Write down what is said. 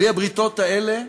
בלי הבריתות האלה